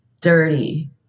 dirty